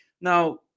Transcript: now